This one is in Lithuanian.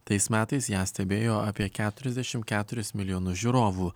tais metais ją stebėjo apie keturiasdešimt keturis milijonus žiūrovų